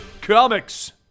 Comics